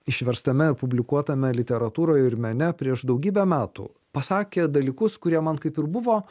išverstame publikuotame literatūroje ir mene prieš daugybę metų pasakė dalykus kurie man kaip ir buvo